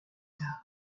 tard